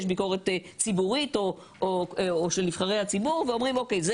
יש ביקורת ציבורית או של נבחרי הציבור ואומרים אוקיי,